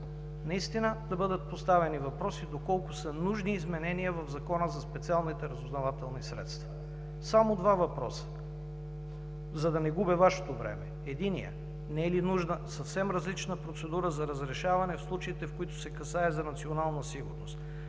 наистина да бъдат поставени въпроси, доколко са нужни изменения в Закона за специалните разузнавателни средства. Само два въпроса, за да не губя Вашето време. Единият, не е ли нужна съвсем различна процедура за разрешаване случаите, в които се касае за национална сигурност?